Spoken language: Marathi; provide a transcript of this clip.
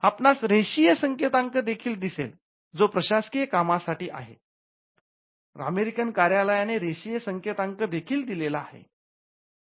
आपणासरेषीय संकेतांक देखील दिसेल जो प्रशासकीय कामासाठी आहे अमेरिकन कार्यालयाने रेषीय संकेतांक देखील दिलेला आहे